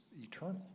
eternal